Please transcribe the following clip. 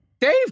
Dave